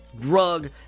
drug